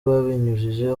babinyujije